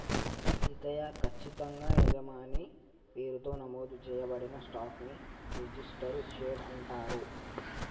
సీతయ్య, కచ్చితంగా యజమాని పేరుతో నమోదు చేయబడిన స్టాక్ ని రిజిస్టరు షేర్ అంటారు